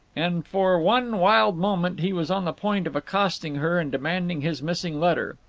and for one wild moment he was on the point of accosting her and demanding his missing letter.